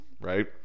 Right